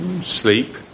sleep